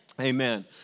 Amen